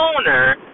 owner